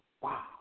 Wow